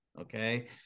okay